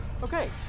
Okay